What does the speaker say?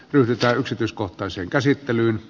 yritä yksityiskohtaiseen käsittelyyn